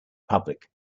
public